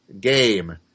Game